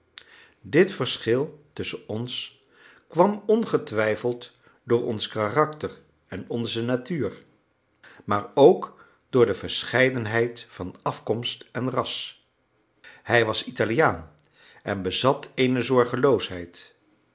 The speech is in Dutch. dit verschil tusschen ons kwam ongetwijfeld door ons karakter en onze natuur maar ook door de verscheidenheid van afkomst en ras hij was italiaan en bezat eene zorgeloosheid